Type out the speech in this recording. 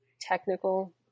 technical